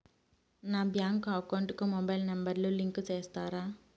నా bank account కు mobile number ను లింకు చేస్తారా?